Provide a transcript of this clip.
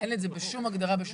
אין את זה בשום הגדרה בשום חוק?